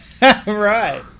Right